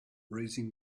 raising